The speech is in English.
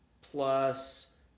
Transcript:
plus